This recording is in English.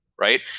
right?